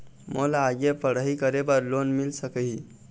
मोला आगे पढ़ई करे बर लोन मिल सकही?